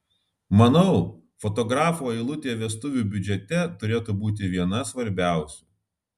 manau fotografo eilutė vestuvių biudžete turėtų būti viena svarbiausių